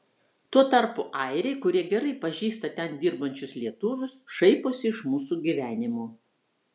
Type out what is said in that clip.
tuo tarpu airiai kurie gerai pažįsta ten dirbančius lietuvius šaiposi iš mūsų gyvenimo